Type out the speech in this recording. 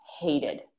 hated